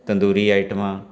ਤੰਦੂਰੀ ਆਈਟਮਾਂ